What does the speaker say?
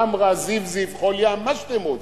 חמרה, זיפזיף, חול ים, מה שאתם רוצים.